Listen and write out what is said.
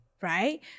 right